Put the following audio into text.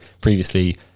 previously